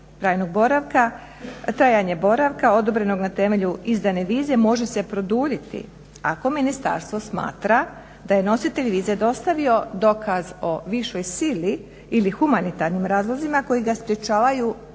trajanje boravka odobrenog na temelju izdane vize može se produljiti ako ministarstvo smatra da je nositelj vize dostavio dokaz o višoj sili ili humanitarnim razlozima koji ga sprječavaju u